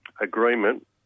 agreement